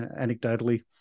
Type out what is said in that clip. anecdotally